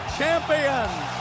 champions